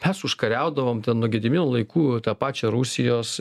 mes užkariaudavom nuo gedimino laikų va tą pačią rusijos